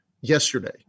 yesterday